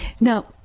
Now